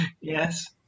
Yes